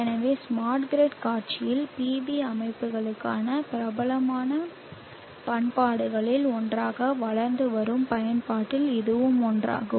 எனவே smart grid காட்சியில் PV அமைப்புகளுக்கான பிரபலமான பயன்பாடுகளில் ஒன்றாக வளர்ந்து வரும் பயன்பாட்டில் இதுவும் ஒன்றாகும்